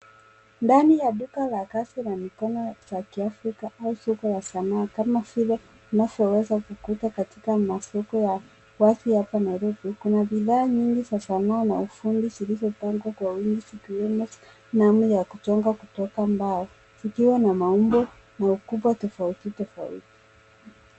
Ndani ya duka la kazi la mikono za kiafrika au soko ya sanaa kama shule, inavyoweza kukuta katika masoko ya wazi hapa Nairobi, kuna bidhaa nyingi za sanaa na ufundi zilizopangwa kwa wingi, zikiwemo sanamu ya kuchonga kutoka mbao zikiwa na maumbo na ukubwa tofauti tofauti.